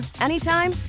anytime